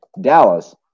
Dallas